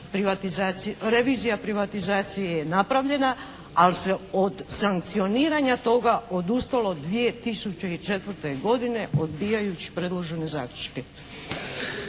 revizija privatizacije je napravljena, ali se od sankcioniranja toga odustalo 2004. godine odbijajući predložene zaključke.